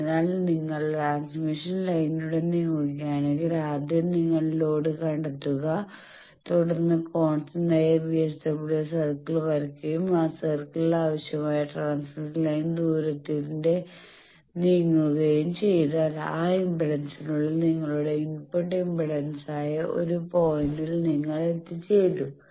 അതിനാൽ നിങ്ങൾ ട്രാൻസ്മിഷൻ ലൈനിലൂടെ നീങ്ങുകയാണെങ്കിൽ ആദ്യം നിങ്ങൾ ലോഡ് കണ്ടെത്തുക തുടർന്ന് നിങ്ങൾ കോൺസ്റ്റന്റായ VSWR സർക്കിൾ വരയ്ക്കുകയും ആ സർക്കിളിൽ ആവശ്യമായ ട്രാൻസ്മിഷൻ ലൈൻ ദൂരത്തിലൂടെ നീങ്ങുകയും ചെയ്താൽ ആ ഇംപെഡൻസിനുള്ളിൽ നിങ്ങളുടെ ഇൻപുട്ട് ഇംപെഡൻസായ ഒരു പോയിന്റിൽ നിങ്ങൾ എത്തിച്ചേരും